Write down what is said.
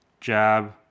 jab